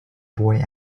boy